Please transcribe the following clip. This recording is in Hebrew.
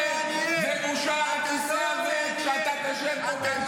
אתם חושבים שאין